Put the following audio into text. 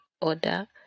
Order